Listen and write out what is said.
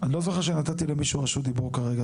אני לא זוכר שנתתי רשות דיבור למישהו כרגע,